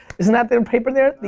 isn't that their paper there, the